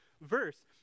verse